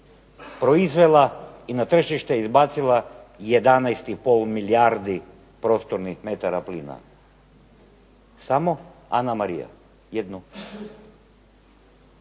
proizvela i na tržište izbacila 11,5 milijardi prostornih metara plina, samo Anamarija. Ima